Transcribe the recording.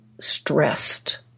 stressed